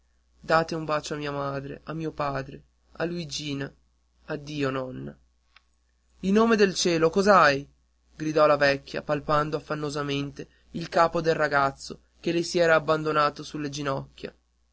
date un bacio a mia madre a mio padre a luigina addio nonna in nome del cielo cos'hai gridò la vecchia palpando affannosamente il capo del ragazzo che le si era abbandonato sulle ginocchia